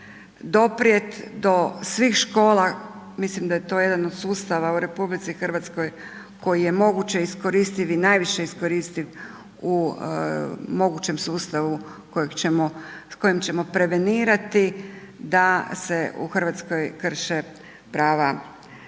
doprijeti do svih škola, mislim da je to jedan od sustava u RH koji je moguće iskoristiti i najviše iskoristiv u mogućem sustavu kojim ćemo prevenirati da se u Hrvatskoj krše prava djece,